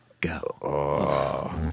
Go